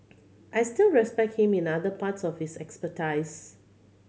I still respect him in other parts of his expertise